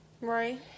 Right